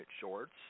shorts